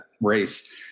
race